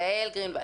גאל גרינוולד.